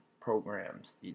programs